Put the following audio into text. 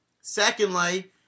Secondly